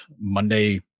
Monday